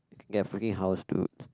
get a freaking house dude